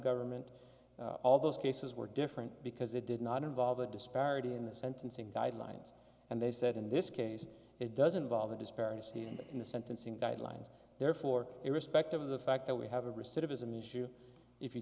government all those cases were different because it did not involve a disparity in the sentencing guidelines and they said in this case it doesn't involve the disparity and in the sentencing guidelines therefore irrespective of the fact that we have a recidivism issue if you